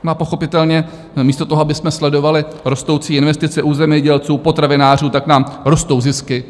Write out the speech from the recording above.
A pochopitelně místo toho, abychom sledovali rostoucí investice u zemědělců, potravinářů, nám rostou zisky.